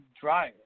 dryer